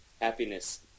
happiness